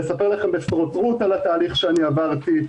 לספר לכם בפרוטרוט על התהליך שאני עברתי,